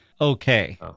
Okay